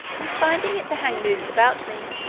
and finding it to hang loose about me,